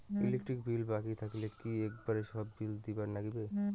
Electric bill বাকি থাকিলে কি একেবারে সব বিলে দিবার নাগিবে?